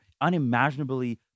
unimaginably